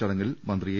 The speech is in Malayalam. ചടങ്ങിൽ മന്ത്രി എ